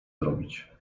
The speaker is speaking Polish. zrobić